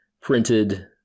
printed